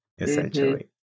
essentially